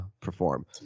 perform